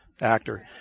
actor